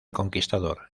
conquistador